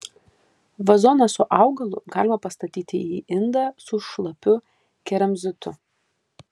vazoną su augalu galima pastatyti į indą su šlapiu keramzitu